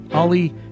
Ali